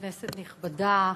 כנסת נכבדה,